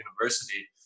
university